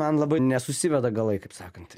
man labai nesusiveda galai kaip sakant